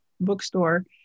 Bookstore